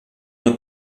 una